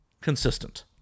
consistent